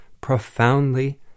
profoundly